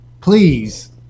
Please